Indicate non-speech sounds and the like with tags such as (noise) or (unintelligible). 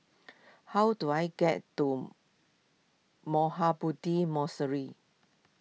how do I get to Mahabodhi (unintelligible)